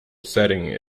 setting